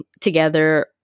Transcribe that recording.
together